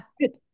good